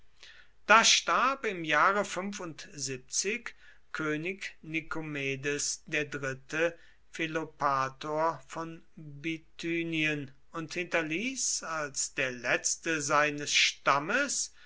da starb im jahre könig nikomedes iii philopator von bithynien und hinterließ als der letzte seines stammes